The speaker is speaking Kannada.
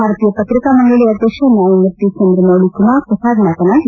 ಭಾರತೀಯ ಪತ್ರಿಕಾ ಮಂಡಳಿಯ ಅಧ್ಯಕ್ಷ ನ್ಯಾಯಮೂರ್ತಿ ಚಂದ್ರಮೌಳ ಕುಮಾರ್ ಪ್ರಸಾದ್ ಮಾತನಾಡಿ